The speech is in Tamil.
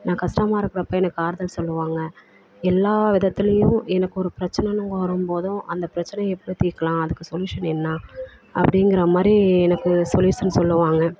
நான் கஷ்டமா இருக்கிறப்ப எனக்கு ஆறுதல் சொல்வாங்க எல்லா விதத்துலேயும் எனக்கு ஒரு பிரச்சனைனு வரும்போதும் அந்த பிரச்சனையை எப்படி தீர்க்கலாம் அதுக்கு சொல்யூஷன் என்ன அப்படிங்கிற மாதிரி எனக்கு சொல்யூஷன் சொல்வாங்க